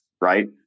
right